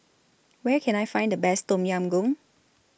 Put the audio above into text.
Where Can I Find The Best Tom Yam Goong